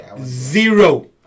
Zero